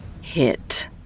Hit